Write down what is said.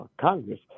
Congress